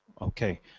Okay